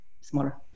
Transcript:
smaller